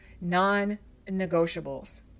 non-negotiables